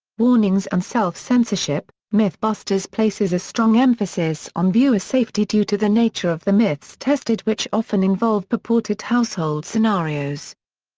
warnings and self-censorship mythbusters places a strong emphasis on viewer safety due to the nature of the myths tested which often involve purported household scenarios.